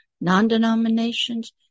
Non-denominations